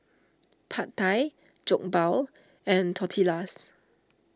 Pad Thai Jokbal and Tortillas